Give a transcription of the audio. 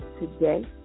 today